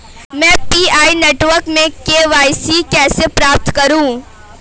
मैं PI network में KYC कैसे प्राप्त करूँ?